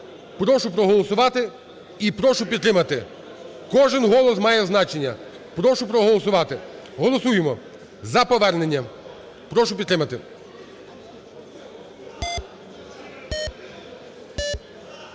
Прошу проголосувати і прошу підтримати. Кожен голос має значення. Прошу проголосувати. Голосуємо за повернення. Прошу підтримати.